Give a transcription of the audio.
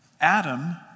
Adam